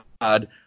God